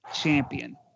champion